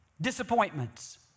Disappointments